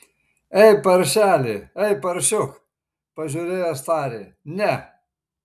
ei paršeli ei paršiuk pažiūrėjęs tarė ne